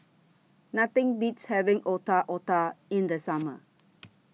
Nothing Beats having Otak Otak in The Summer